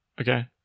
Okay